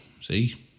See